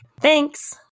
Thanks